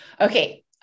okay